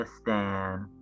stand